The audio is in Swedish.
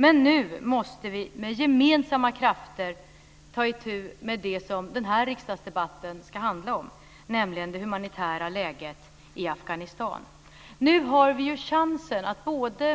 Men nu måste vi med gemensamma krafter ta itu med det som den här riksdagsdebatten ska handla om, nämligen det humanitära läget i Afghanistan. Nu har vi chansen att